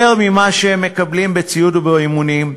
יותר ממה שהם מקבלים בציוד ובאימונים,